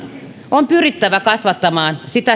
on pyrittävä kasvattamaan sitä